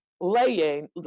laying